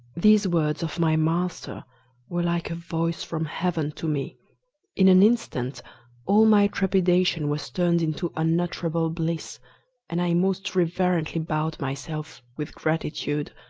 these words of my master were like a voice from heaven to me in an instant all my trepidation was turned into unutterable bliss and i most reverently bowed myself with gratitude,